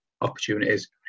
opportunities